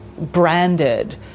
branded